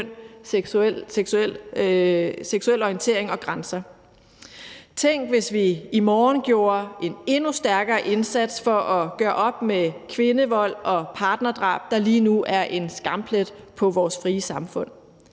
seksuel orientering og grænser. Tænk, hvis vi i morgen gjorde en endnu stærkere indsats for at gøre op med kvindevold og partnerdrab, der lige nu er en skamplet på vores frie samfund.